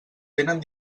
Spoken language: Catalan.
tenen